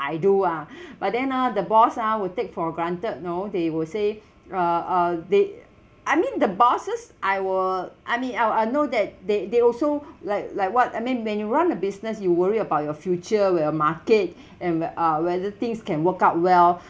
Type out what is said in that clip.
I do ah but then ah the boss ah will take for granted know they will say uh uh they I mean the bosses I were I mean I were I know that they they also like like what I mean when you run a business you worry about your future where your market and uh whether things can work out well